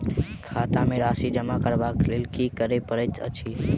खाता मे राशि जमा करबाक लेल की करै पड़तै अछि?